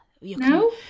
No